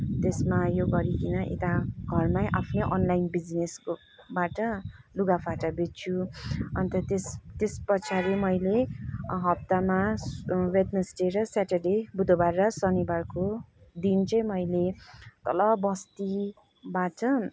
त्यसमा यो गरिकन यता घरमै आफ्नै अनलाइन बिजनेसकोबाट लुगाफाटा बेच्छु अन्त त्यस त्यस पछाडि मैले हप्तामा वेडन्सडे र स्याटर्डे बुधबार र शनिबारको दिन चाहिँ मैले तल बस्तीबाट